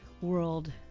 world